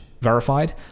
verified